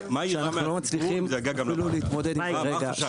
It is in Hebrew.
כשאנחנו לא מצליחים אפילו להתמודד --- מה החשש?